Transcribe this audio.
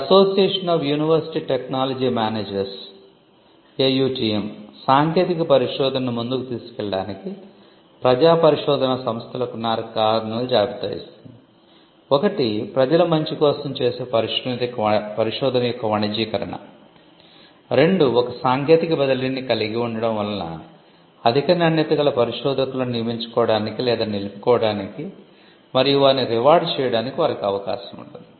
ఇప్పుడు association of university technology managers సాంకేతిక పరిశోధనను ముందుకు తీసుకెళ్లడానికి ప్రజా పరిశోధనా సంస్థలకు నాలుగు కారణాల జాబితా ఇస్తుంది 1 ప్రజల మంచి కోసం చేసే పరిశోధన యొక్క వాణిజ్యీకరణ 2 ఒక సాంకేతిక బదిలీని కలిగి ఉండటం వలన అధిక నాణ్యత గల పరిశోధకులను నియమించుకోవడానికి లేదా నిలుపుకోవటానికి మరియు వారిని రివార్డ్ చేయడానికి వారికి అవకాశం ఉంటుంది